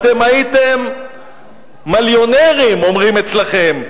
אתם הייתם מיַליונרים, אומרים אצלכם.